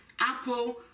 Apple